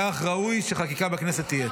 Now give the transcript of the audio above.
כך ראוי שחקיקה בכנסת תהיה.